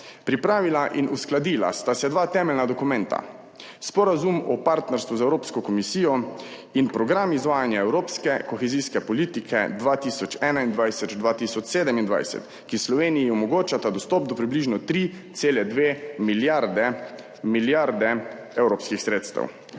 Pripravila in uskladila sta se dva temeljna dokumenta, Sporazum o partnerstvu z Evropsko komisijo in Program izvajanja evropske kohezijske politike 2021–2027, ki Sloveniji omogočata dostop do približno 3,2 milijarde evropskih sredstev.